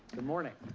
good morning.